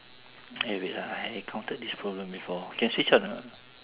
eh wait ah I encountered this problem before can switch on or not